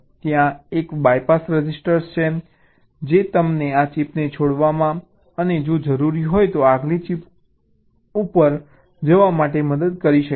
ત્યાં એક BYPASS register છે જે તમને આ ચિપને છોડવામાં અને જો જરૂરી હોય તો આગલી ચિપ ઉપર જવા માટે મદદ કરી શકે છે